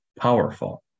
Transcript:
powerful